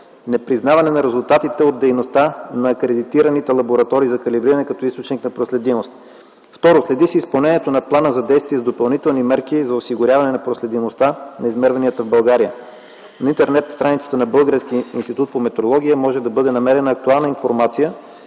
непризнаване на резултатите от дейността на акредитираните лаборатории за калибриране като източник на проследимост. Второ, следи се изпълнението на плана за действие с допълнителни мерки за осигуряване на проследимостта на измерванията в България. На интернет страницата на българския Институт по метрология може да бъде намерена актуална информация